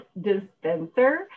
dispenser